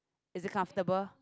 is it comfortable